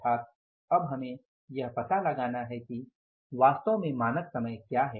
अर्थात अब हमें यह पता लगाना है कि वास्तव में मानक समय क्या है